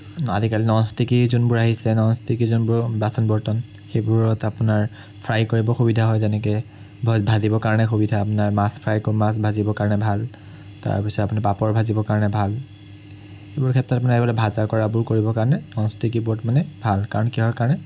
আজিকালি non sticky যোনবোৰ আহিছে ন'ন ষ্টিকি যোনবোৰ বাচন বৰ্তন সেইবোৰত আপোনাৰ ফ্ৰাই কৰিব সুবিধা হয় যেনেকৈ ভ ভাজিবৰ কাৰণে সুবিধা আপোনাৰ মাছ ফ্ৰাই মাছ ভাজিবৰ কাৰণে ভাল তাৰপিছত আপুনি পাপৰ ভাজিবৰ কাৰণে ভাল এইবোৰ ক্ষেত্ৰত মানে আগতে ভাজা কৰাবোৰ কৰিবৰ কাৰণে ন'ন ষ্টিকিবোৰত মানে ভাল কাৰণ কিহৰ কাৰণে